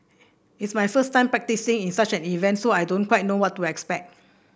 it's my first time participating in such an event so I don't quite know what to expect